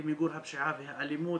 למיגור הפשיעה והאלימות,